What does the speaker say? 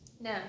No